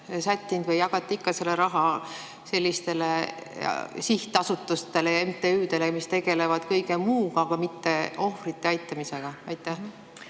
sättinud või jagate ikka selle raha sellistele sihtasutustele ja MTÜ‑dele, mis tegelevad kõige muuga, aga mitte ohvrite aitamisega. Tänan,